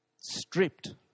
Stripped